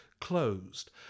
closed